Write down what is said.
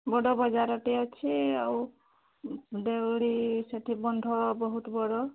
ବଡ଼ ବଜାରଟେ ଅଛି ଆଉ ଦେଉଳି ସେଠି ବନ୍ଧ ବହୁତ ବଡ଼